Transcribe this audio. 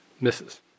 Misses